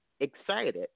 excited